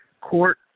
court